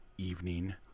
Evening